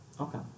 Okay